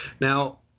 Now